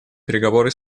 переговоры